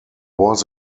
was